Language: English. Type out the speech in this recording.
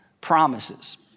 promises